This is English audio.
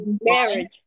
marriage